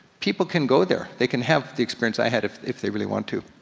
people can go there. they can have the experience i had if if they really want to.